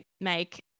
make